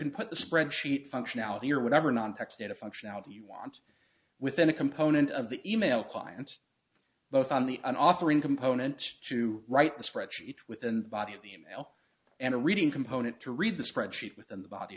can put the spreadsheet functionality or whatever non text data functionality you want within a component of the email client both on the an offering component to write a spreadsheet within the body of the email and a reading component to read the spreadsheet within the body